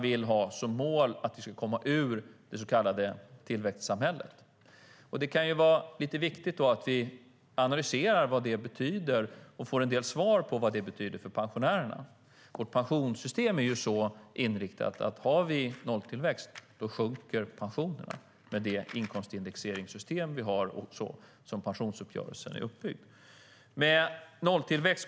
De har som mål att vi ska komma ur det så kallade tillväxtsamhället. Då kan det vara viktigt att vi analyserar vad det betyder för pensionärerna. Det är också viktigt att vi får en del svar. Vårt pensionssystem är ju så inriktat att med det inkomstindexeringssystem vi har, och såsom pensionsuppgörelsen är uppbyggd, sjunker pensionerna om vi har nolltillväxt.